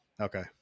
okay